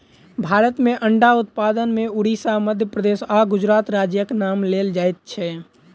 भारत मे अंडा उत्पादन मे उड़िसा, मध्य प्रदेश आ गुजरात राज्यक नाम लेल जाइत छै